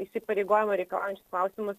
įsipareigojimo reikalaujančius klausimus